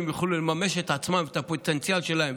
יוכלו לממש את עצמם ואת הפוטנציאל שלהם,